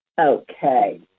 Okay